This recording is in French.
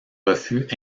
refus